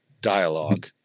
dialogue